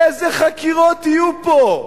איזה חקירות יהיו פה?